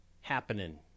happening